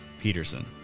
Peterson